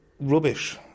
rubbish